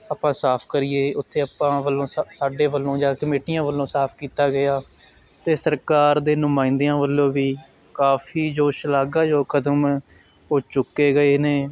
ਆਪਾਂ ਸਾਫ ਕਰੀਏ ਉੱਥੇ ਆਪਾਂ ਵੱਲੋਂ ਸਾ ਸਾਡੇ ਵੱਲੋਂ ਜਾਂ ਕਮੇਟੀਆਂ ਵੱਲੋਂ ਸਾਫ ਕੀਤਾ ਗਿਆ ਅਤੇ ਸਰਕਾਰ ਦੇ ਨੁਮਾਇੰਦਿਆਂ ਵੱਲੋਂ ਵੀ ਕਾਫੀ ਜੋ ਸ਼ਲਾਘਾਯੋਗ ਕਦਮ ਉਹ ਚੁੱਕੇ ਗਏ ਨੇ